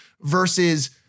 versus